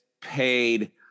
paid